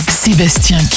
Sébastien